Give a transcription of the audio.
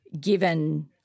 given